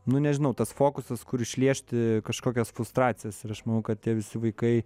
nu nežinau tas fokusas kur išliežti kažkokias frustracijas ir aš manau kad tie visi vaikai